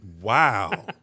Wow